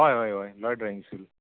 हय हय हय लॉय ड्रायव्हींग स्कूल